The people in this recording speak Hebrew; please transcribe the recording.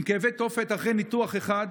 עם כאבי תופת אחרי ניתוח אחד